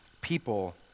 people